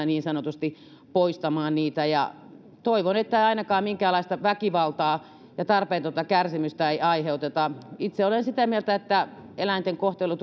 niin sanotusti poistamaan niitä ja toivon että ainakaan minkäänlaista väkivaltaa ja tarpeetonta kärsimystä ei aiheuteta itse olen sitä mieltä että eläinten kohtelun